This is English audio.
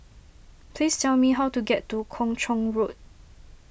please tell me how to get to Kung Chong Road